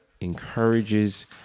encourages